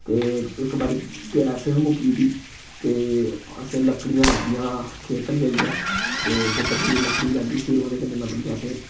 ते इक बारी गैस बी मुक्की गेदी ही ते असें लक्कड़ियां लैतियां खेतर जाइयै ते खेतर जाइयै लक्कड़ी लैती फिर ओह्दे कन्नै मतलब कि असें